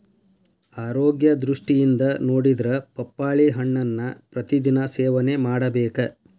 ಆರೋಗ್ಯ ದೃಷ್ಟಿಯಿಂದ ನೊಡಿದ್ರ ಪಪ್ಪಾಳಿ ಹಣ್ಣನ್ನಾ ಪ್ರತಿ ದಿನಾ ಸೇವನೆ ಮಾಡಬೇಕ